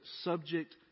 subject